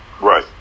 Right